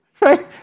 right